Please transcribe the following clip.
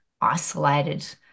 isolated